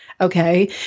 Okay